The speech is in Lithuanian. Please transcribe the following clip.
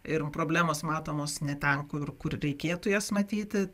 ir problemos matomos ne ten kur kur reikėtų jas matyti